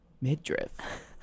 Midriff